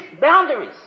boundaries